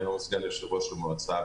ויו"ר סגן יושב-ראש המועצה.